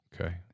Okay